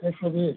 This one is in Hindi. एक सौ बीस